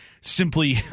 simply